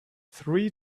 three